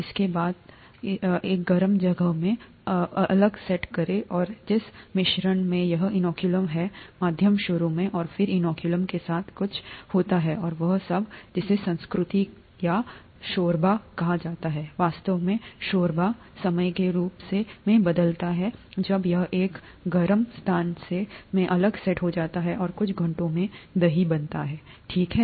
इसे बंद करें इसे एक गर्म जगह में अलग सेट करें और जिस मिश्रण में यह इनोकुलम है मध्यम शुरू में और फिर इनोकुलम के साथ कुछ होता है और वह सब जिसे संस्कृति या शोरबा कहा जाता है वास्तव में शोरबा समय के रूप में बदलता है जब यह एक गर्म स्थान में अलग सेट हो जाता है और कुछ घंटों में दही बनता है ठीक है